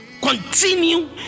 Continue